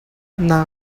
naa